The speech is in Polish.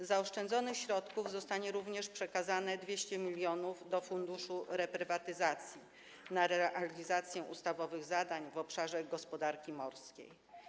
Z zaoszczędzonych środków zostanie również przekazane 200 mln do Funduszu Reprywatyzacji na realizację ustawowych zadań w obszarze gospodarki morskiej.